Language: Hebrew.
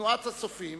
תנועת "הצופים",